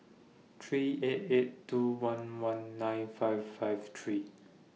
three eight eight two one one nine five five three